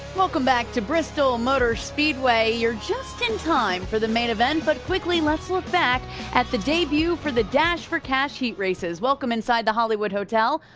welcome back to bristol motor speedway. you're just in time for the main event but quickly let's look back at the debut for the dash for cash heat races. welcome inside the hollywood hotel.